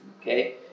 okay